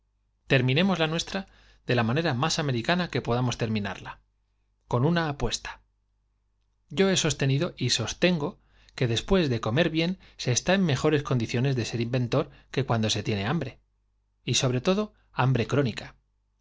terminemos la nuestra de la manera más ame ricana que podamos terminarla con una apuesta yo he sostenido sostengo que después de comer bien y se está mejores condiciones de ser inventor que ep cuando se tiene hambre y sobre todo hambre crónica